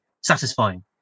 satisfying